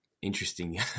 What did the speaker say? Interesting